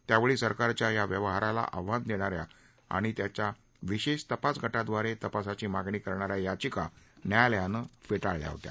त्यावेळी सरकारच्या या व्यवहाराला आव्हान देणाऱ्या आणि त्याच्या विशेष तपास गटाद्वारे तपासाची मागणी करणाऱ्या याचिका न्यायालयानं फेटाळल्या होत्या